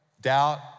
doubt